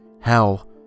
hell